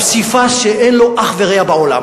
פסיפס שאין לו אח ורע בעולם,